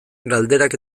galderak